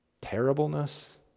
terribleness